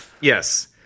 Yes